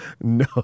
no